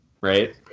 Right